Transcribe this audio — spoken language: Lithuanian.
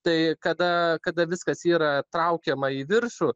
tai kada kada viskas yra traukiama į viršų